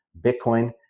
bitcoin